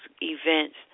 events